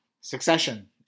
succession